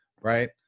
Right